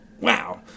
Wow